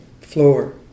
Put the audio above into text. floor